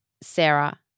Sarah